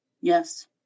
Yes